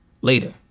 Later